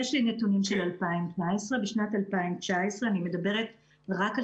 יש לי נתונים של 2019. אני מדברת רק על